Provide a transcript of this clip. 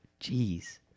Jeez